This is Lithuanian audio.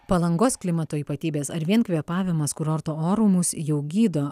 palangos klimato ypatybės ar vien kvėpavimas kurorto oru mus jau gydo